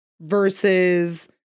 versus